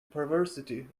perversity